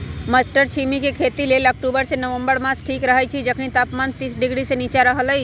मट्टरछिमि के खेती लेल अक्टूबर से नवंबर मास ठीक रहैछइ जखनी तापमान तीस डिग्री से नीचा रहलइ